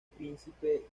príncipe